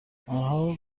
آنها